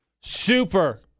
Super